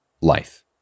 life